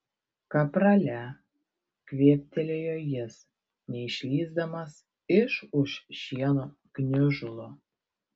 kaprale kvėptelėjo jis neišlįsdamas iš už šieno gniužulo